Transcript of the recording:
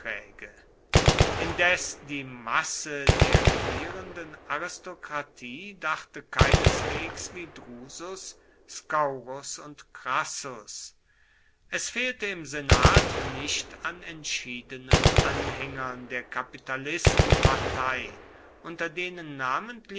indes die masse der regierenden aristokratie dachte keineswegs wie drusus scaurus und crassus es fehlte im senat nicht an entschiedenen anhängern der kapitalistenpartei unter denen